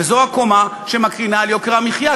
וזו הקומה שמקרינה על יוקר המחיה.